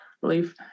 believe